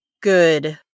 good